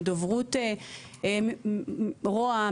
עם דוברות משרד ראש הממשלה,